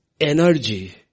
energy